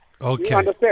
Okay